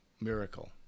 miracle